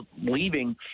leaving